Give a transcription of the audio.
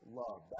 love